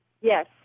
Yes